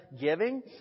giving